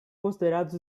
consideradas